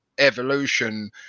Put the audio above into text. evolution